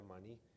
money